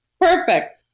perfect